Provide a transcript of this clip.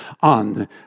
on